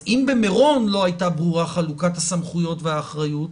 אם במירון לא הייתה ברורה חלוקת הסמכויות והאחריות,